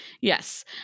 Yes